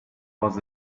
was